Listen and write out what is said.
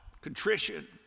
contrition